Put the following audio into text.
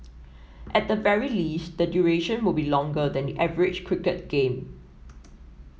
at the very least the duration will be longer than the average cricket game